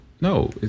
no